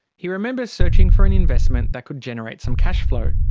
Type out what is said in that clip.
he remembers searching for an investment that could generate some cash flow.